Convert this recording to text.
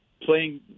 playing